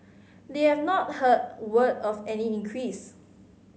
they have not heard word of any increase